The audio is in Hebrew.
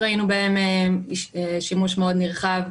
וראינו בהם שימוש מאוד נרחב,